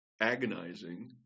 agonizing